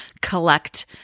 collect